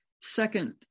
second